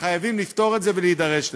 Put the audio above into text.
וחייבים לפתור את זה ולהידרש לזה.